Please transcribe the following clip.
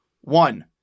one